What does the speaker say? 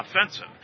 offensive